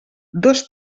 dos